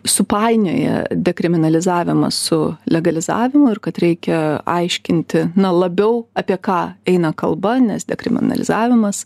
supainioja dekriminalizavimą su legalizavimu ir kad reikia aiškinti na labiau apie ką eina kalba nes dekriminalizavimas